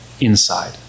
inside